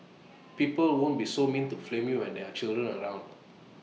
people won't be so mean to flame you when there are children around